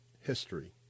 history